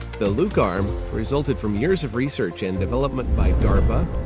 the luke arm resulted from years of research and development by darpa,